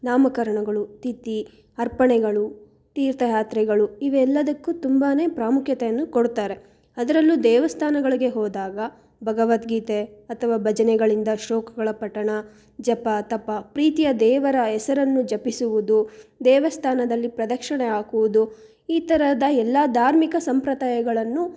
ನಾಮಕರಣಗಳು ತಿಥಿ ಅರ್ಪಣೆಗಳು ತೀರ್ಥಯಾತ್ರೆಗಳು ಇವೆಲ್ಲದಕ್ಕೂ ತುಂಬಾ ಪ್ರಾಮುಖ್ಯತೆಯನ್ನು ಕೊಡ್ತಾರೆ ಅದರಲ್ಲೂ ದೇವಸ್ಥಾನಗಳಿಗೆ ಹೋದಾಗ ಭಗವದ್ಗೀತೆ ಅಥವಾ ಭಜನೆಗಳಿಂದ ಶ್ಲೋಕಗಳ ಪಠಣ ಜಪ ತಪ ಪ್ರೀತಿಯ ದೇವರ ಹೆಸರನ್ನು ಜಪಿಸುವುದು ದೇವಸ್ಥಾನದಲ್ಲಿ ಪ್ರದಕ್ಷಿಣೆ ಹಾಕುವುದು ಈ ಥರದ ಎಲ್ಲ ಧಾರ್ಮಿಕ ಸಂಪ್ರದಾಯಗಳನ್ನು